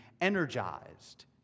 energized